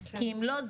כי אם לא,